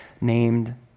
named